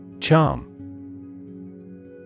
Charm